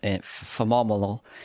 phenomenal